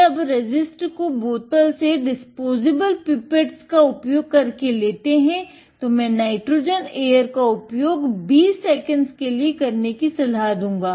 जब आप disposable pipettes का उपयोग 20 सेकंड्स के लिए करने का सलाह दूंगा